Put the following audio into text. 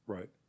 Right